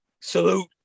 salute